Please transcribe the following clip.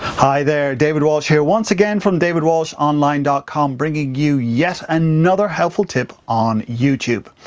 hi there. david walsh here, once again, from davidwalshonline dot com bringing you yet another helpful tip on youtube.